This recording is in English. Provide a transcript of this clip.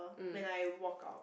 when I walk out